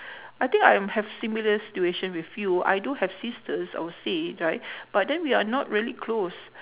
I think I'm have similar situation with you I do have sisters I would say right but then we're not really close